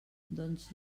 doncs